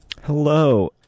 Hello